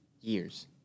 years